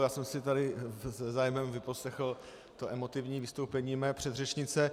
Já jsem si tady se zájmem vyposlechl to emotivní vystoupení své předřečnice.